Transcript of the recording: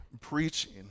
preaching